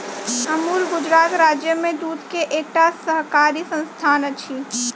अमूल गुजरात राज्य में दूध के एकटा सहकारी संस्थान अछि